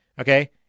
okay